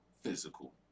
physical